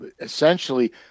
essentially